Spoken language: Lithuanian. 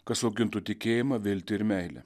kas augintų tikėjimą viltį ir meilę